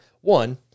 one